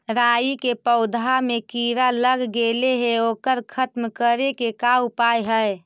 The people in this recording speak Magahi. राई के पौधा में किड़ा लग गेले हे ओकर खत्म करे के का उपाय है?